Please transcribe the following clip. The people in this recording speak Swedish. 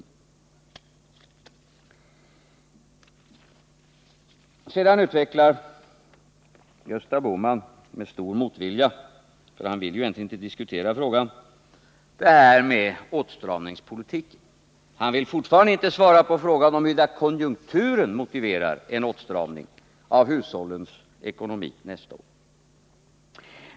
Gösta Bohman utvecklade med stor motvilja, för han vill ju egentligen inte diskutera frågan, detta med åtstramningspolitik. Han vill fortfarande inte svara på frågan huruvida konjunkturen motiverar en åtstramning av hushållens ekonomi nästa år.